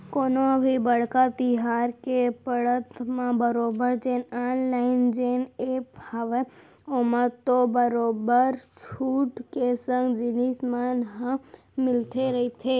कोनो भी बड़का तिहार के पड़त म बरोबर जेन ऑनलाइन जेन ऐप हावय ओमा तो बरोबर छूट के संग जिनिस मन ह मिलते रहिथे